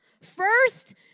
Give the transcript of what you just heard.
first